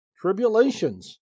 tribulations